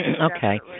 Okay